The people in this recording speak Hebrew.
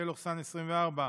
פ/1986/24,